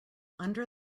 under